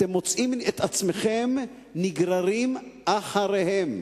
אתם מוצאים את עצמכם נגררים אחריהם,